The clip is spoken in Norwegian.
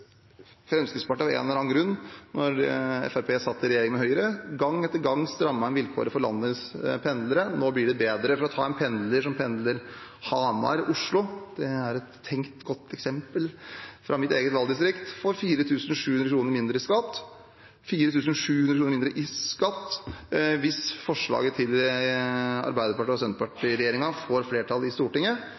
Fremskrittspartiet av en eller annen grunn, da Fremskrittspartiet satt i regjering med Høyre, gang etter gang strammet inn. Nå blir det bedre. En pendler som pendler Hamar–Oslo – det er et tenkt, godt eksempel fra mitt eget valgdistrikt – får 4 700 kr mindre i skatt hvis forslaget til Arbeiderparti–Senterparti-regjeringen får flertall i Stortinget,